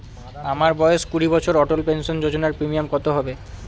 আমার বয়স কুড়ি বছর অটল পেনসন যোজনার প্রিমিয়াম কত হবে?